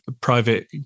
private